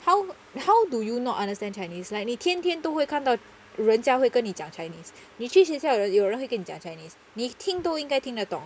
how how do you not understand chinese like 你天天都会看到人家会跟你讲 chinese 你去学校有人有人会跟你讲 chinese 你听都应该听得懂